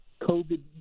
COVID